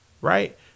right